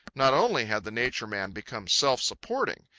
not only had the nature man become self-supporting,